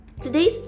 today's